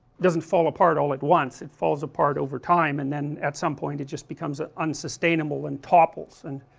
doesn't fall apart all at once, it falls apart over time and then at some point it just becomes ah unsustainable and topples and